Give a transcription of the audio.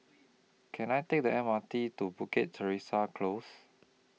Can I Take The M R T to Bukit Teresa Close